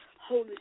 Holy